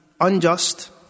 unjust